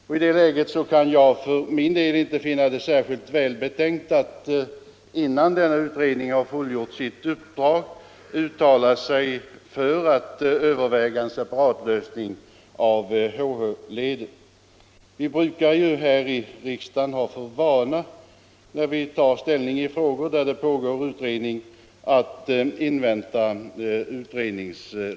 Innan denna utredning fullgjort sitt uppdrag kan jag inte finna det särskilt välbetänkt att uttala sig för en separatlösning av HH-leden. Vi har ju för vana här i riksdagen att invänta resultatet av pågående utredningar innan vi fattar beslut.